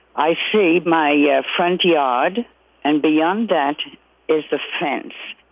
i see my yeah front yard and beyond that is the fence.